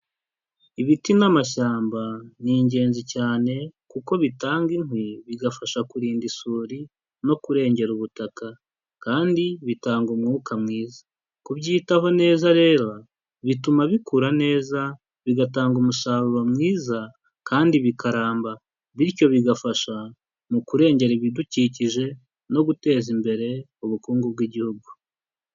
Ibiti n'amashyamba ni ingenzi cyane kuko bitanga inkwi bigafasha kurinda isuri no kurengera ubutaka. Kandi bitanga umwuka mwiza. Kubyitaho neza rero bituma bikura neza bigatanga umusaruro mwiza kandi bikaramba. Bityo bigafasha mu kurengera ibidukikije no guteza imbere ubukungu bw'igihugu.